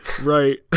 right